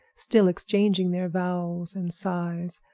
still exchanging their vows and sighs.